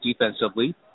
defensively